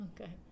Okay